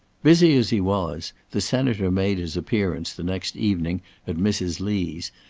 busy as he was, the senator made his appearance the next evening at mrs. lee's,